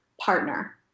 partner